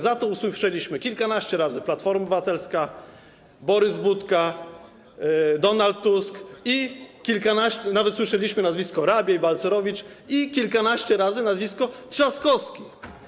Za to usłyszeliśmy kilkanaście razy: Platforma Obywatelska, Borys Budka, Donald Tusk, nawet słyszeliśmy nazwisko Rabiej, Balcerowicz i kilkanaście razy nazwisko Trzaskowski.